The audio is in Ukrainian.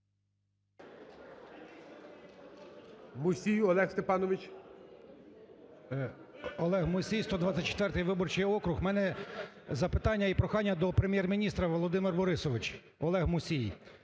МУСІЙ О.С. Олег Мусій, 124 виборчий округ. У мене запитання і прохання до Прем'єр-міністра. Володимир Борисович, Олег Мусій!